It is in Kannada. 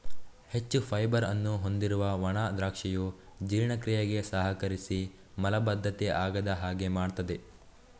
ಹೆಚ್ಚು ಫೈಬರ್ ಅನ್ನು ಹೊಂದಿರುವ ಒಣ ದ್ರಾಕ್ಷಿಯು ಜೀರ್ಣಕ್ರಿಯೆಗೆ ಸಹಕರಿಸಿ ಮಲಬದ್ಧತೆ ಆಗದ ಹಾಗೆ ಮಾಡ್ತದೆ